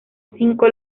cinco